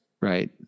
right